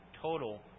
total